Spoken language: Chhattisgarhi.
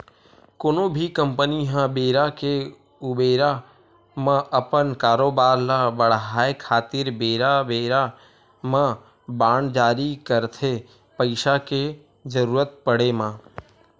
कोनो भी कंपनी ह बेरा के ऊबेरा म अपन कारोबार ल बड़हाय खातिर बेरा बेरा म बांड जारी करथे पइसा के जरुरत पड़े म